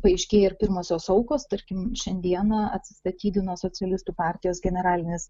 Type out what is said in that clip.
paaiškėja ir pirmosios aukos tarkim šiandieną atsistatydino socialistų partijos generalinis